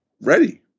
ready